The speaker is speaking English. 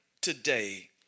today